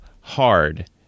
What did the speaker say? hard